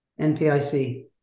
npic